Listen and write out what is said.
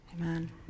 Amen